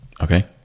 Okay